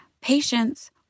patience